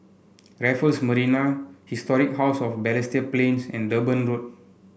Raffles Marina Historic House of Balestier Plains and Durban Road